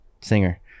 Singer